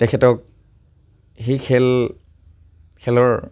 তেখেতক সেই খেল খেলৰ